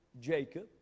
Jacob